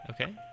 Okay